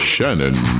Shannon